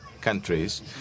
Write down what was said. countries